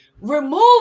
Remove